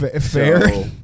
Fair